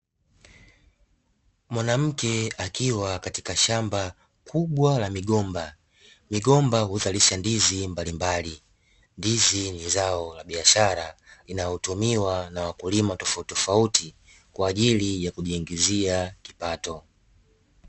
Mwanamke akiwa katika shamba kubwa la migomba, migomba huzalisha ndizi mbalimbali, ndizi ni zao la biashara inayotumiwa na wakulima tofaut tofauti, kwa ajili ya kujiingizia kipato.